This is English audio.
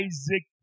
Isaac